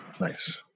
Nice